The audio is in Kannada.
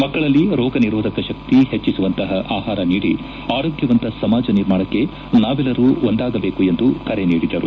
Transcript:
ಮಕ್ಕಳಲ್ಲಿ ರೋಗ ನಿರೋಧಕ ಶಕ್ತಿ ಹೆಚ್ಚಿಸುವಂತಹ ಆಹಾರ ನೀಡಿ ಆರೋಗ್ಯವಂತ ಸಮಾಜ ನಿರ್ಮಾಣಕ್ಕೆ ನಾವೆಲ್ಲರೂ ಒಂದಾಗಬೇಕು ಎಂದು ಕರೆ ನೀಡಿದರು